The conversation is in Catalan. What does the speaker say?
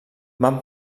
van